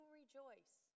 rejoice